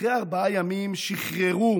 אחרי ארבעה ימים שחררו